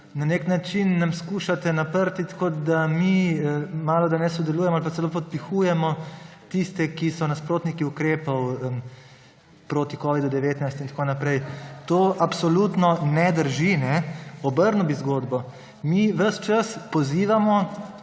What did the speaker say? Na nek način nam skušate naprtiti, kot da mi malodane sodelujemo ali pa celo podpihujemo tiste, ki so nasprotniki ukrepov proti covidu-19, in tako naprej. To absolutno ne drži. Obrnil bi zgodbo. Mi ves čas pozivamo